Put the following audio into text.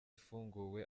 ifunguwe